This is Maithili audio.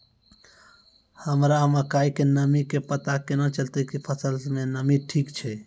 हमरा मकई के नमी के पता केना चलतै कि फसल मे नमी ठीक छै?